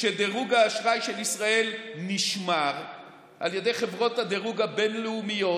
שדירוג האשראי של ישראל נשמר על ידי חברות הדירוג הבין-לאומיות,